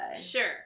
Sure